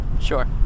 Sure